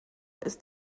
ist